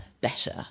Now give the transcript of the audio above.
better